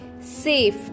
safe